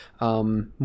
more